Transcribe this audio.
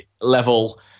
level